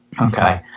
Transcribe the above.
Okay